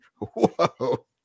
whoa